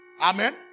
Amen